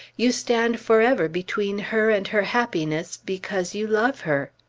you stand forever between her and her happiness, because you love her!